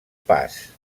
pas